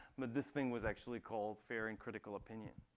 but this thing was actually called fair and critical opinion.